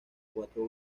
cuatro